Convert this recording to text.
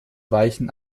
weichen